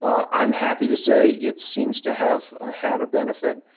ah i'm happy to say it seems to have ah had a benefit.